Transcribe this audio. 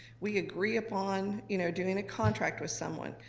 we agree upon you know doing a contract with someone.